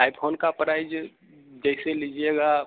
iPhone का price जैसे लीजिएगा